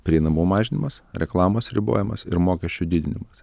prieinamu mažinimas reklamos ribojimas ir mokesčių didinimas